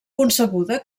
concebuda